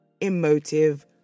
emotive